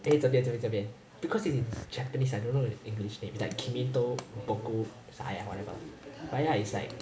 eh 这边还是这边 because it's in japanese I don't know its english name it's like !aiya! whatever but ya it's like